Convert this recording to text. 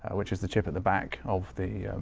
which is the chip at the back of the,